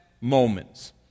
moments